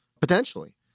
potentially